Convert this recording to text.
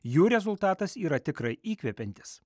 jų rezultatas yra tikrai įkvepiantis